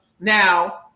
now